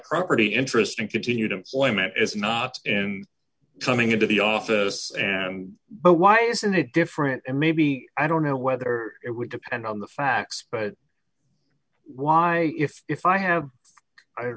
property interest and continued employment is not in coming into the office and but why isn't it different and maybe i don't know whether it would depend on the facts but why if i have i